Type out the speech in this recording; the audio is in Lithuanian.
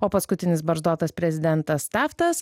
o paskutinis barzdotas prezidentas taftas